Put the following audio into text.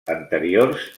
anteriors